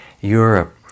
Europe